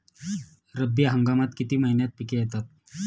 रब्बी हंगामात किती महिन्यांत पिके येतात?